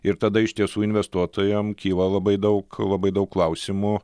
ir tada iš tiesų investuotojam kyla labai daug labai daug klausimų